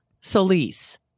Solis